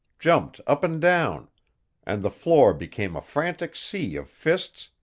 jumped up and down and the floor became a frantic sea of fists,